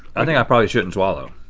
i think i probably shouldn't swallow.